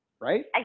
right